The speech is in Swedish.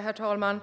Herr talman!